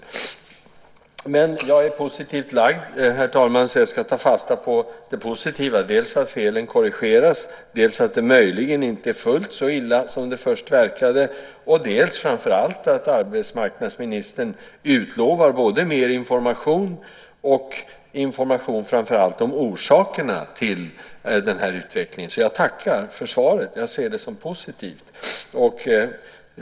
Dock är jag, herr talman, positivt lagd så jag ska ta fasta på det positiva: dels att felen korrigeras, dels att det möjligen inte är fullt så illa som det först verkade, dels - och framför allt - att arbetsmarknadsministern utlovar både mer information och information särskilt om orsakerna till den här utvecklingen. Jag tackar alltså för svaret och ser det som positivt.